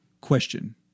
question